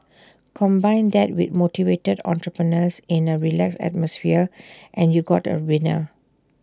combine that with motivated entrepreneurs in A relaxed atmosphere and you got A winner